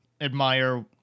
admire